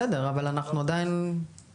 בסדר, אבל אנחנו עדיין צריכים לעשות משהו.